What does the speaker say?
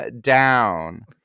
down